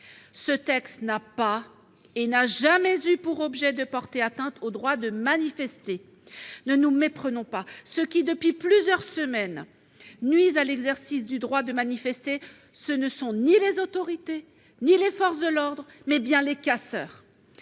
Ce texte n'a pas, et n'a jamais eu, pour objet de porter atteinte au droit de manifester. Ne nous méprenons pas : ceux qui, depuis plusieurs semaines, nuisent à l'exercice du droit de manifester, ce ne sont ni les autorités ni les forces de l'ordre, mais bien les casseurs